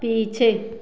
पीछे